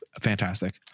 Fantastic